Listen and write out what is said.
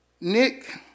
Nick